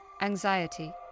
anxiety